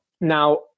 Now